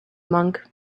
monk